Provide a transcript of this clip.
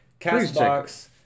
Castbox